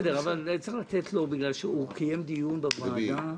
צריך לתת לו בגלל שהוא קיים דיון בוועדה.